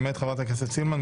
למעט חברת הכנסת סילמן,